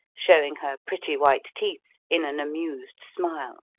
showing her pretty white teeth in an amused smile.